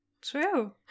True